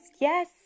yes